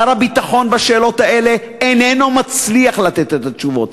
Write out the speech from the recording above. שר הביטחון בשאלות האלה איננו מצליח לתת את התשובות.